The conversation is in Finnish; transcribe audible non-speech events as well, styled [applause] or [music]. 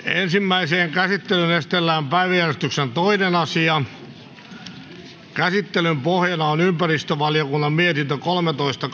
[unintelligible] ensimmäiseen käsittelyyn esitellään päiväjärjestyksen toinen asia käsittelyn pohjana on ympäristövaliokunnan mietintö kolmetoista [unintelligible]